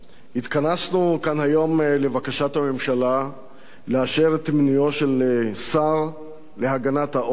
התכנסנו כאן היום לבקשת הממשלה לאשר את מינויו של שר להגנת העורף,